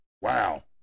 Wow